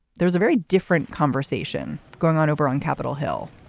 there's a very different conversation going on over on capitol hill